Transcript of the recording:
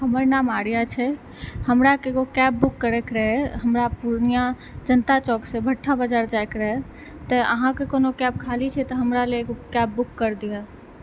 हमर नाम आर्या छै हमराके एगो कैब बुक करैके रहै हमरा पूर्णिया जनता चौकसँ भट्ठा बजार जाइके रहै तऽ अहाँके कोनो कैब खाली छै त हमरालए एगो कैब बुक करि दिअऽ